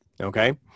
Okay